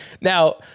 Now